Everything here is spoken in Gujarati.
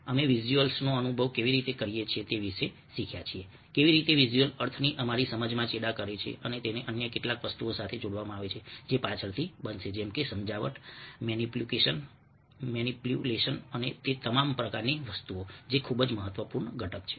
અમે વિઝ્યુઅલ્સનો અનુભવ કેવી રીતે કરીએ છીએ તે વિશે શીખ્યા છીએ કેવી રીતે વિઝ્યુઅલ્સ અર્થની અમારી સમજમાં ચેડાં કરે છે અને તેને અન્ય કેટલીક વસ્તુઓ સાથે જોડવામાં આવે છે જે પાછળથી બનશે જેમ કે સમજાવટ મેનીપ્યુલેશન અને તે તમામ પ્રકારની વસ્તુઓ જે ખૂબ જ મહત્વપૂર્ણ ઘટક છે